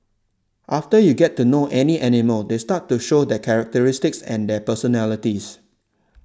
after you get to know any any animal they start to show their characteristics and their personalities